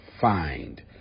find